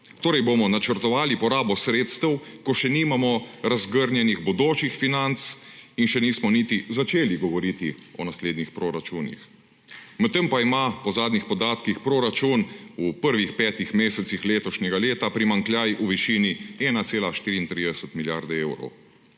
Torej bomo načrtovali porabo sredstev, ko še nimamo razgrnjenih bodočih financ in še nismo niti začeli govoriti o naslednjih proračunih. Medtem pa ima po zadnjih podatkih proračun v prvih petih mesecih letošnjega leta primanjkljaj v višini 1,34 milijarde evrov.